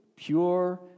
pure